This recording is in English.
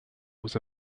was